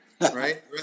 right